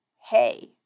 hey